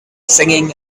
singing